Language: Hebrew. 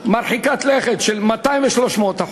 מרחיקת לכת של 200% ו-300%,